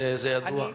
זה ידוע.